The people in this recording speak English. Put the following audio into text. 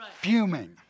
fuming